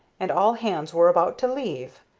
and all hands were about to leave,